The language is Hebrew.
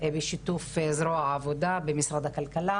בשיתוף זרוע העבודה במשרד הכלכלה,